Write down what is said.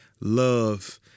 love